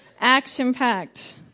Action-packed